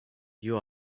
you